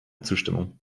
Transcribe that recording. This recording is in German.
zustimmung